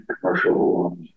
commercial